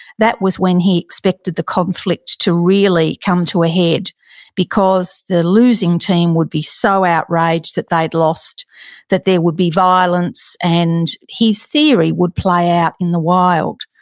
that was when he expected the conflict to really come to a head because the losing team would be so outraged that they'd lost that there would be violence and his theory would play out in the wild